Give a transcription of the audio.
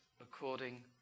according